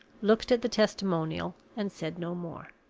looked at the testimonial, and said no more.